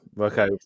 Okay